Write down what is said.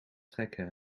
trekke